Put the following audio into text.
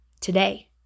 today